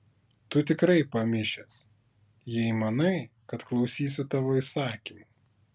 tu tikrai pamišęs jei manai kad klausysiu tavo įsakymų